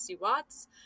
watts